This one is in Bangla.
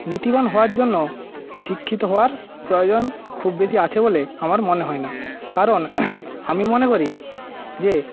নীতিবান হওয়ার জন্য শিক্ষিত হওয়ার প্রয়োজন খুব বেশী আছে বলে আমার মনে হয় না কারণ আমি মনে করি যে